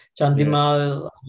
Chandimal